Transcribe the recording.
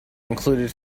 included